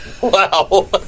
Wow